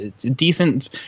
decent